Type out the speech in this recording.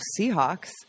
Seahawks